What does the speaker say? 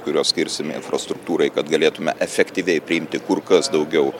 kuriuos skirsime infrastruktūrai kad galėtume efektyviai priimti kur kas daugiau